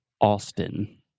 Austin